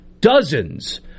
dozens